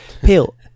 Pale